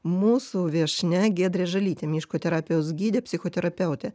mūsų viešnia giedrė žalytė miško terapijos gidė psichoterapeutė